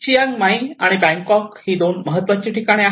Chiang Mai आणि बँकॉकमध्ये ही दोन महत्वाची ठिकाणे आहेत